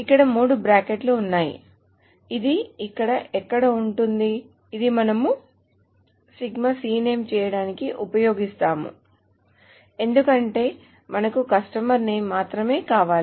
ఇక్కడ మూడు బ్రాకెట్లు ఉన్నాయి కాబట్టి ఇది ఇక్కడ ఎక్కడో ఉంటుంది ఇది మనము చేయటానికి ఉపయోగిస్తాము ఎందుకంటే మనకు కస్టమర్ నేమ్ మాత్రమే కావాలి